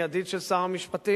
אני ידיד של שר המשפטים,